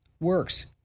works